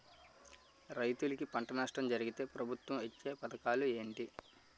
రైతులుకి పంట నష్టం జరిగితే ప్రభుత్వం ఇచ్చా పథకాలు ఏంటి?